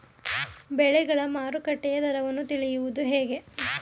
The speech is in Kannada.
ಬೆಳೆಗಳ ಮಾರುಕಟ್ಟೆಯ ದರವನ್ನು ತಿಳಿಯುವುದು ಹೇಗೆ?